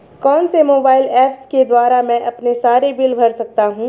कौनसे mobile apps के द्वारा मैं अपने सारे बिल भर सकता हूं?